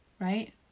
right